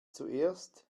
zuerst